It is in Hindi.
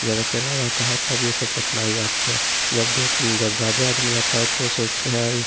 जब अकेला रहता है तब यह सब कठिनाई आती है जब देख जब ज़्यादा आदमी रहता है तो सोचते हैं